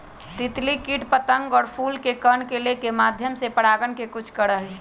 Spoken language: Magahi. तितली कीट पतंग और सब फूल के कण के लेके माध्यम से परागण के कुछ करा हई